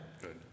Good